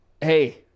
hey